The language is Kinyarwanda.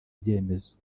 ibyemezo